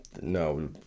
no